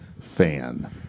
fan